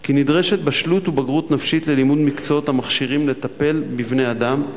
כי נדרשת בשלות ובגרות נפשית ללימוד מקצועות המכשירים לטפל בבני-אדם.